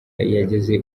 yagize